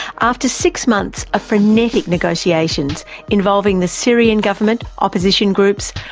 after six months of frenetic negations involving the syrian government, opposition groups,